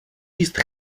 jíst